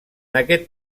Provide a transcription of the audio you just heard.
aquest